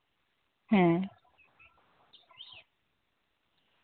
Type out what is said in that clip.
ᱦᱮᱸ